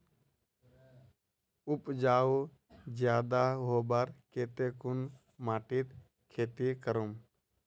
उपजाऊ ज्यादा होबार केते कुन माटित खेती करूम?